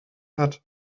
hat